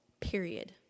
period